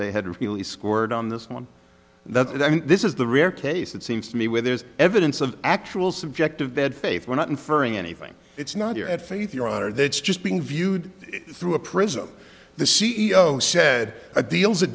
they had really scored on this one that i mean this is the rare case it seems to me where there's evidence of actual subjective bad faith we're not inferring anything it's not your faith your honor that's just being viewed through a prism the c e o said a deal's